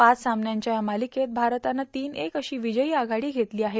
पाच सामन्यांच्या या मालिकेत भारतानं तीन एक अशी विजयी आघाडी घेतली आहे